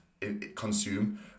consume